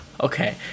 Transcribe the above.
Okay